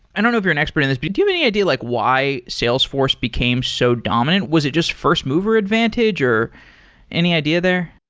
i don't know if you're an expert in this, but do you have any idea like why salesforce became so dominant? was it just first-mover advantage, or any idea there?